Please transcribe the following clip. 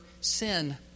sin